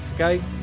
okay